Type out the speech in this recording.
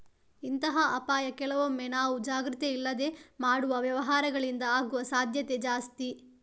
ಇಂತಹ ಅಪಾಯ ಕೆಲವೊಮ್ಮೆ ನಾವು ಜಾಗ್ರತೆ ಇಲ್ಲದೆ ಮಾಡುವ ವ್ಯವಹಾರಗಳಿಂದ ಆಗುವ ಸಾಧ್ಯತೆ ಜಾಸ್ತಿ